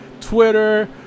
Twitter